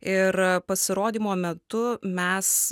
ir pasirodymo metu mes